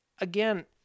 again